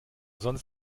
sonst